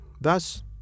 Thus